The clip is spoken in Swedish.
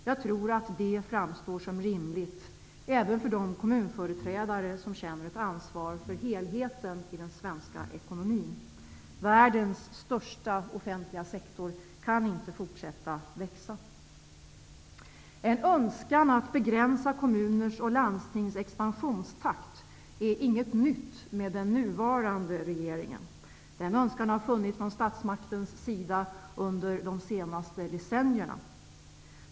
Jag tror att det framstår som rimligt även för de kommunföreträdare som känner ett ansvar för helheten i den svenska ekonomin. Världens största offentliga sektor kan inte fortsätta växa. En önskan att begränsa kommuners och landstings expansionstakt är inget nytt för den nuvarande regeringen. Den önskan har funnits från statsmaktens sida under de senaste decennierna.